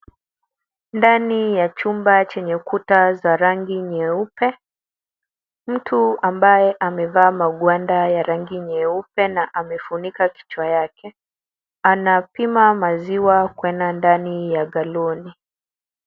Ndani ya chumba chenye ukuta za rangi nyeupe, mtu ambaye amevaa wagwanda ya rangi nyeupe na amefunika kichwa chake, anapima maziwa kwenda ndani ya galoni.